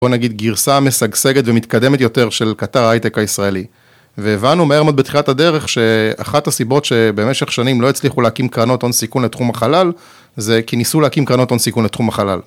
בואו נגיד גירסה משגשגת ומתקדמת יותר של קטר ההייטק הישראלי. והבנו מהר מאוד בתחילת הדרך שאחת הסיבות שבמשך שנים לא הצליחו להקים קרנות הון סיכון לתחום החלל, זה כי ניסו להקים קרנות הון סיכון לתחום החלל.